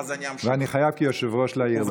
ואני חייב כיושב-ראש להעיר לך על זה.